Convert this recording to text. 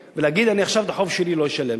ולהגיד: אני עכשיו את החוב שלי לא אשלם.